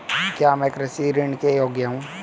क्या मैं कृषि ऋण के योग्य हूँ?